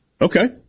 Okay